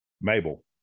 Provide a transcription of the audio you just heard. mabel